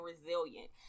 resilient